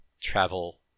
travel